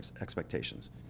expectations